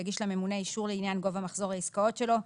יגיש לממונה אישור לעניין גובה מחזור העסקאות שלו,